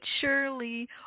surely